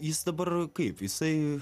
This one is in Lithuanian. jis dabar kaip jisai